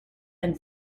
and